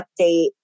update